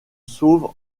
sauve